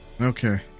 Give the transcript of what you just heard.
Okay